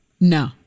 No